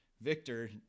Victor